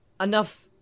enough